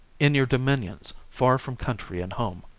in your dominions, far from country and home.